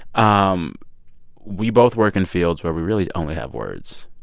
um we both work in fields where we really only have words.